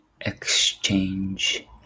Exchange